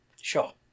sure